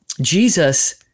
Jesus